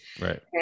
right